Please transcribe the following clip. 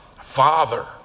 Father